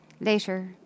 Later